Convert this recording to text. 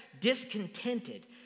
discontented